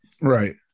Right